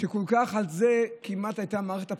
שעליו כמעט הייתה מערכת הבחירות: